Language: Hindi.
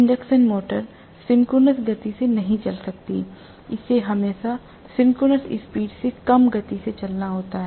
इंडक्शन मशीन सिंक्रोनस गति से नहीं चल सकती है इसे हमेशा सिंक्रोनस स्पीड से कम गति से चलना होता है